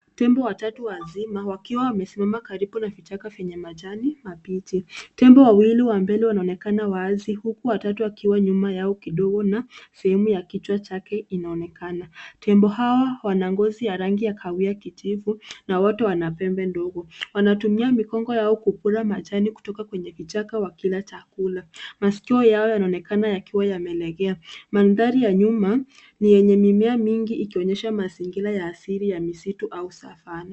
Tembo watatu wazima wakiwa wamesimama karibu na kichaka venye majani mabichi. Tembo wawili wa mbele wanaonekana wazi huku wa tatu akiwa nyuma yao kidogo na sehemu ya kichwa chake inaonekana. Tembo hawa wana ngozi ya rangi ya kahawia kijivu na wote wana pembe ndogo. Wanatumia mikonga yao kulala majani kutoka kwenye kichaka wakila chakula. Masikio yao yanaonekana yakiwa yamelegea. Mandhari ya nyuma ni yenye mimea mingi ikionyesha mazingira ya asili ya misitu au savana.